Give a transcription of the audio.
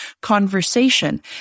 conversation